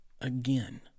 again